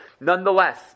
Nonetheless